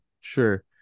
sure